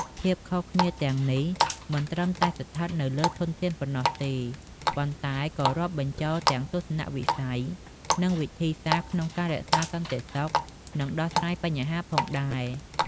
ភាពខុសគ្នាទាំងនេះមិនត្រឹមតែស្ថិតនៅលើធនធានប៉ុណ្ណោះទេ ប៉ុន្តែក៏រាប់បញ្ចូលទាំងទស្សនវិស័យ និងវិធីសាស្ត្រក្នុងការរក្សាសន្តិសុខ និងដោះស្រាយបញ្ហាផងដែរ។